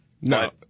No